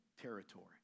territory